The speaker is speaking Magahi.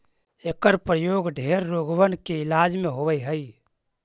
एकर प्रयोग ढेर रोगबन के इलाज में होब हई